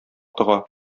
тыга